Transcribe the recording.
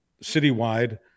citywide